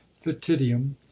Thetidium